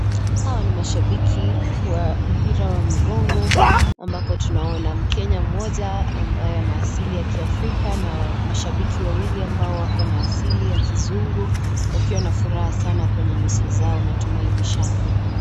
Hawa ni mashabiki wa mpira ya migongo , ambapo tunaona mkenya mmoja ambaye ana asili ya kiafrika na mashabiki wawili ambao wako na asili ya kizungu wakiwa na furaha sana kwa nyuso zao, natumai ni shangwe.